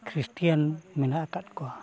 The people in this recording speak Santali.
ᱠᱷᱨᱤᱥᱴᱟᱱ ᱢᱮᱱᱟᱜ ᱟᱠᱟᱫ ᱠᱚᱣᱟ